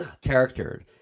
character